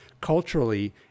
culturally